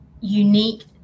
unique